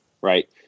right